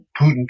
Putin